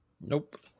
nope